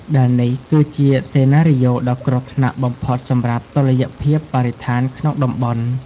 ដែលនេះគឺជាសេណារីយ៉ូដ៏គ្រោះថ្នាក់បំផុតសម្រាប់តុល្យភាពបរិស្ថានក្នុងតំបន់។